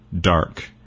dark